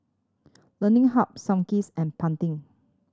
Learning Harb Sunkist and Pantene